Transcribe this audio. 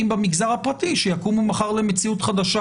במגזר הפרטי שיקומו מחר למציאות חדשה.